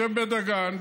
שיושב בבית דגן,